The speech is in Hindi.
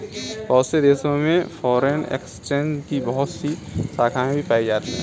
बहुत से देशों में फ़ोरेन एक्सचेंज की बहुत सी शाखायें भी पाई जाती हैं